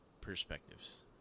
Perspectives